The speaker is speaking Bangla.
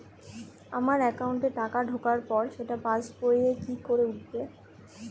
আমার একাউন্টে টাকা ঢোকার পর সেটা পাসবইয়ে কি করে উঠবে?